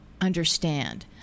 understand